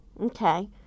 Okay